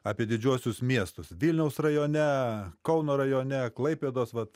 apie didžiuosius miestus vilniaus rajone kauno rajone klaipėdos vat